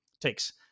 takes